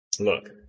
Look